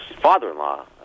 father-in-law